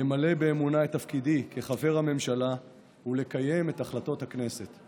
למלא באמונה את תפקידי כחבר הממשלה ולקיים את החלטות הכנסת.